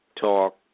Talk